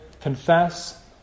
confess